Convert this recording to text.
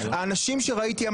האנשים שראיתי,